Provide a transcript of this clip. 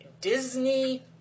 Disney